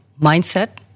mindset